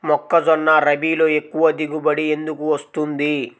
మొక్కజొన్న రబీలో ఎక్కువ దిగుబడి ఎందుకు వస్తుంది?